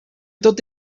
tot